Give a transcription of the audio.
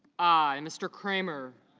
i. mr. kramer